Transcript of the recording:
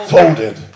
Folded